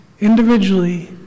individually